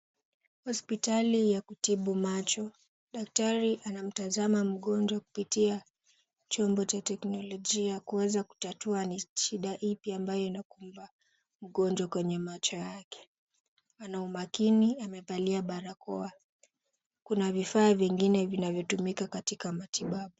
Hospitali ya kutibu macho. Daktari anamtazama mgonjwa kupitia chombo cha teknolojia kuweza kutatua ni shida ipi ambayo inakumba mgonjwa kwenye macho yake. Ana umakini, amevalia barakoa. Kuna vifaa vingine vinavyotumika katika matibabu.